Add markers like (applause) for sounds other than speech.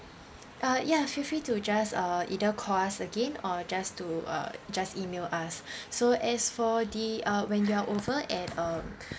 uh ya feel free to just uh either call us again or just to uh just email us (breath) so as for the uh when you are over at um